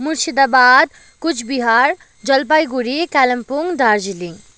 Murshidabad Cooch Behar Jalpaiguri Kalimpong Darjeeling